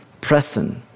present